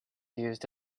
used